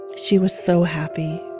she was so happy.